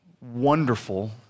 wonderful